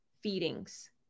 feedings